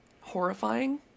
horrifying